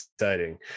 exciting